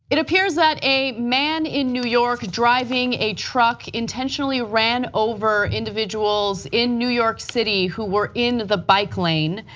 it appears that a man in new york driving a truck intentionally ran over individuals in new york city who were in the bike lane.